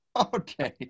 Okay